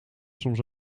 soms